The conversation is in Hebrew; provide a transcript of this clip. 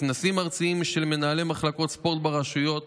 כנסים ארציים של מנהלי מחלקות ספורט ברשויות